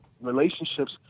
relationships